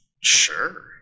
Sure